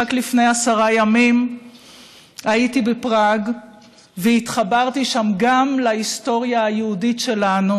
רק לפני עשרה ימים הייתי בפראג והתחברתי שם גם להיסטוריה היהודית שלנו,